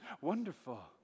wonderful